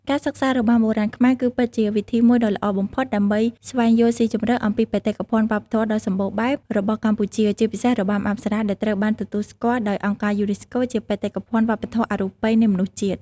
ការសិក្សារបាំបុរាណខ្មែរ គឺពិតជាវិធីមួយដ៏ល្អបំផុតដើម្បីស្វែងយល់ស៊ីជម្រៅអំពីបេតិកភណ្ឌវប្បធម៌ដ៏សម្បូរបែបរបស់កម្ពុជា ជាពិសេស របាំអប្សរា ដែលត្រូវបានទទួលស្គាល់ដោយ អង្គការយូនេស្កូ ជាបេតិកភណ្ឌវប្បធម៌អរូបីនៃមនុស្សជាតិ។